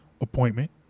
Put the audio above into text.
appointment